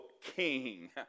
king